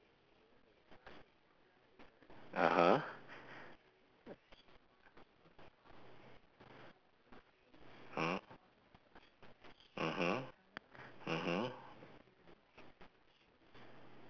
(uh huh) mm mmhmm mmhmm